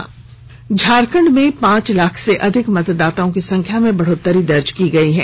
मतदाता सूची झारखंड में पांच लाख से अधिक मतदाताओं की संख्या में बढ़ोत्तरी दर्ज की गयी है